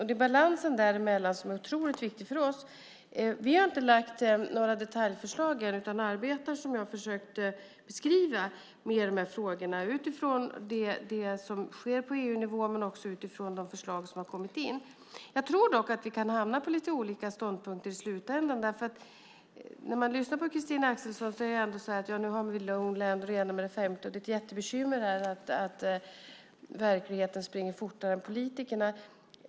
Det är balansen däremellan som är otroligt viktig för oss. Vi har inte lagt fram några detaljerade förslag. Vi arbetar, som jag försökte beskriva, mer med frågorna utifrån det som sker på EU-nivå och utifrån de förslag som har kommit in. Jag tror dock att vi kan hamna på lite olika ståndpunkter i slutändan. Christina Axelsson tar upp Loanland och det ena med det femte, och det är ett jättebekymmer att verkligheten springer fortare än politikerna.